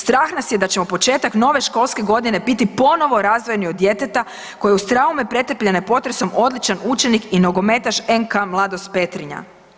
Strah nas je da ćemo početak nove školske godine biti ponovo razdvojeni od djeteta koje je uz traume pretrpljene potresom odličan učenik i nogometaš NK Mladost Petrinja.